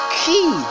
key